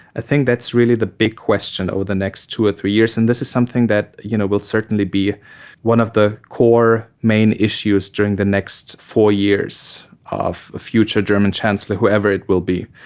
think that's really the big question over the next two or three years and this is something that you know will certainly be one of the core main issues during the next four years of a future german chancellor, whoever it will be.